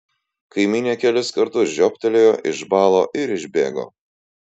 kaimynė kelis kartus žiobtelėjo išbalo ir išbėgo